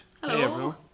hello